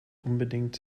unbedingt